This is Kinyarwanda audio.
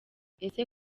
ese